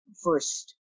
first